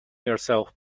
yourself